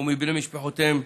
ומבני משפחותיהם,